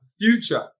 future